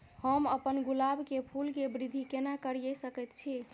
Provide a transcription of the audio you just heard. हम अपन गुलाब के फूल के वृद्धि केना करिये सकेत छी?